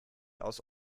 aus